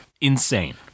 insane